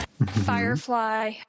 Firefly